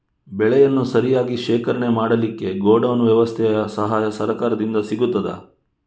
ಬೆಳೆಯನ್ನು ಸರಿಯಾಗಿ ಶೇಖರಣೆ ಮಾಡಲಿಕ್ಕೆ ಗೋಡೌನ್ ವ್ಯವಸ್ಥೆಯ ಸಹಾಯ ಸರಕಾರದಿಂದ ಸಿಗುತ್ತದಾ?